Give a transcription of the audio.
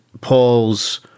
Paul's